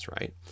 right